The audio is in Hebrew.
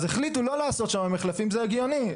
החליטו לא לעשות שם מחלפים, וזה הגיוני.